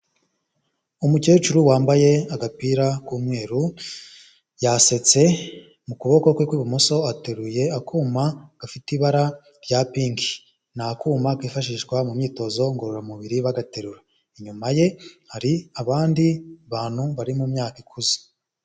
Umukecuru wambaye agapira k'umweru, yasetse mu kuboko kwe kw'imoso ateruye akuma gafite ibara rya pinki, ni akuma kifashishwa mu myitozo ngororamubiri bagaterura. Inyuma ye hari abandi bantu bari mu myaka ikuze.